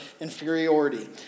inferiority